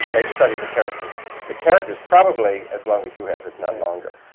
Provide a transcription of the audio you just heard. they've studied the characters the characters probably as long as you have, if not longer.